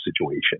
situation